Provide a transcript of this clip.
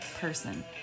person